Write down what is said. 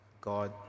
God